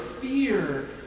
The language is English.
fear